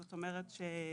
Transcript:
זאת אומרת,